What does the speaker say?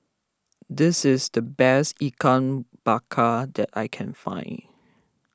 this is the best Ikan Bakar that I can find